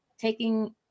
taking